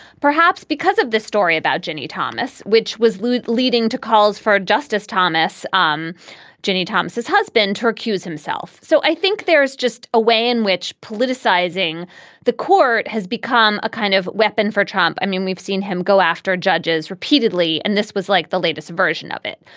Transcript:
perhaps because of this story about ginni thomas, which was louis leading to calls for justice thomas. um ginni thomas is husband to recuse himself. so i think there's just a way in which politicizing the court has become a kind of weapon for trump. i mean, we've seen him go after judges repeatedly, and this was like the latest version of it.